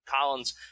Collins